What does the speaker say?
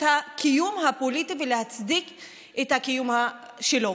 הקיום הפוליטי ולהצדיק את הקיום שלו.